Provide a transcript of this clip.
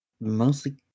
mostly